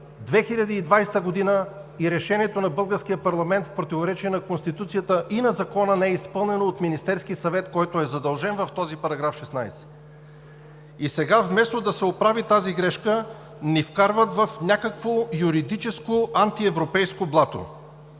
2020 г. и решението на българския парламент, в противоречие на Конституцията и на Закона, не е изпълнено от Министерския съвет, който е задължен в този § 16. И сега, вместо да се оправи тази грешка, ни вкарват в някакво юридическо антиевропейско блато.